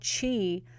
chi